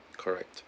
correct